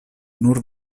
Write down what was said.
nur